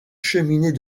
cheminée